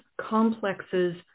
complexes